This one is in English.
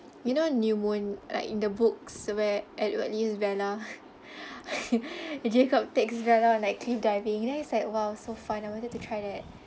you know new moon like in the books where edward isabella jacob takes isabella on like cliff diving then it's like !wow! so fun I wanted to try that